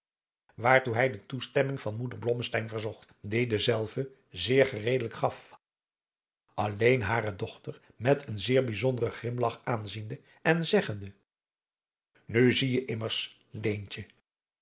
waartoe hij de toestemming van moeder blommesteyn verzocht die dezelve zeer gereedelijk gaf alleen hare dochter met een zeer bijzonderen grimlach aanziende en zeggende nu zie je immers